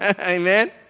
Amen